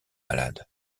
malade